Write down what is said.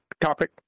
topic